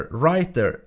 writer